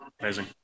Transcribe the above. amazing